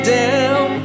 down